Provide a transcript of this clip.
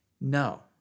no